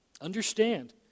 Understand